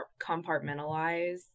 compartmentalize